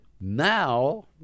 Now